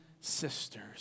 sisters